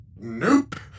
Nope